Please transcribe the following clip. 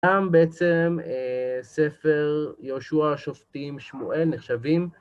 גם בעצם ספר יהושע שופטים שמואל נחשבים